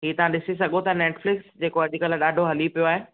ही तव्हां ॾिसी सघो था नेटफ़िल्क्स जेको अॼकल्ह ॾाढो हली पियो आहे